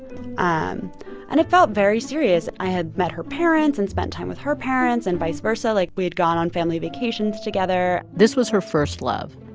um and it felt very serious. i had met her parents and spent time with her parents and vice versa. like, we had gone on family vacations together this was her first love.